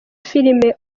filime